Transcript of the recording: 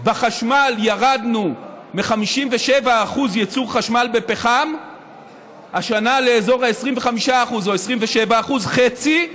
בחשמל ירדנו מ-57% ייצור חשמל בפחם לאזור ה-25% השנה או 27% חצי.